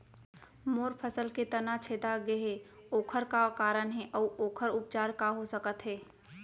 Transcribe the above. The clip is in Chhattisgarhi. मोर फसल के तना छेदा गेहे ओखर का कारण हे अऊ ओखर उपचार का हो सकत हे?